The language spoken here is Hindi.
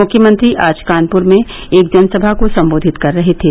मुख्यमंत्री आज कानपुर में एक जनसभा को सम्बोधित कर रहे थे